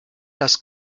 das